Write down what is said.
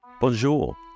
Bonjour